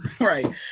right